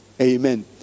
Amen